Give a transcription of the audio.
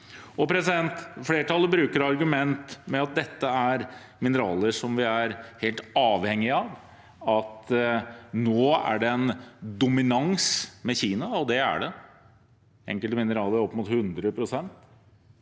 på verdens hav. Flertallet bruker som argument at dette er mineraler som vi er helt avhengige av, at nå er det en dominans av Kina – og det er det, enkelte mineraler opp mot 100 pst.